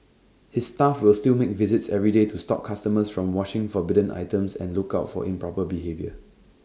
his staff will still make visits every day to stop customers from washing forbidden items and look out for improper behaviour